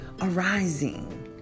arising